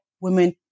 women